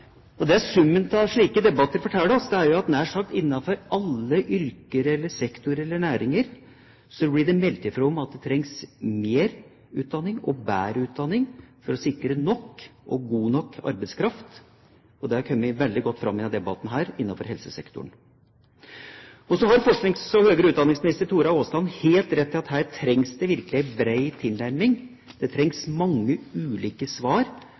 Det summen av slike debatter forteller oss, er at det nær sagt innenfor alle yrker, sektorer eller næringer blir meldt fra om at det trengs mer utdanning og bedre utdanning for å sikre nok og god nok arbeidskraft. Det har kommet veldig godt fram her i denne debatten om helsesektoren. Forsknings- og høyere utdanningsminister Tora Aasland har helt rett i at det her virkelig trengs en bred tilnærming, og at det trengs mange ulike svar